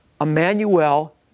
Emmanuel